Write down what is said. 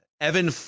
Evan